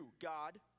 God